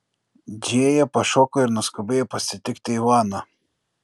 džėja pašoko ir nuskubėjo pasitikti ivano